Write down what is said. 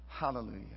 Hallelujah